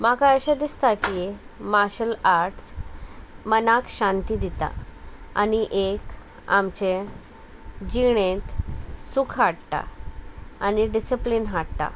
म्हाका अशें दिसता की मार्शल आर्ट्स मनाक शांती दिता आनी एक आमचें जिणेंत सूख हाडटा आनी डिसिप्लीन हाडटा